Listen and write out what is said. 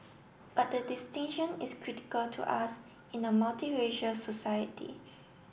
but the distinction is critical to us in a multiracial society